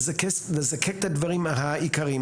לזקק את הדברים העיקריים.